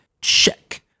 Check